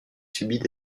subit